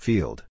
Field